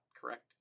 correct